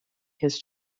his